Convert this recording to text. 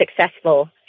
successful